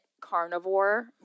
carnivore